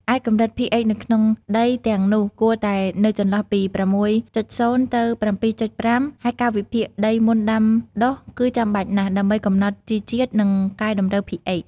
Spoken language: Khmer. ឯកម្រិត pH នៅក្នុងដីទាំងនោះគួរតែនៅចន្លោះពី ៦.០ ទៅ ៧.៥ ហើយការវិភាគដីមុនដាំដុះគឺចាំបាច់ណាស់ ដើម្បីកំណត់ជីជាតិ និងកែតម្រូវ pH ។